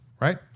right